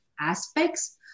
aspects